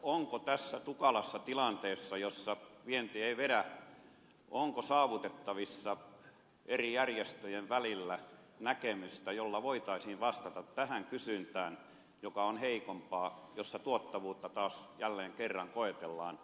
onko tässä tukalassa tilanteessa jossa vienti ei vedä saavutettavissa eri järjestöjen välillä näkemystä jolla voitaisiin vastata tähän kysyntään joka on heikompaa jossa tuottavuutta taas jälleen kerran koetellaan